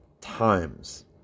times